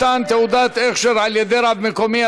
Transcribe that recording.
מתן תעודת הכשר על-ידי רב מקומי),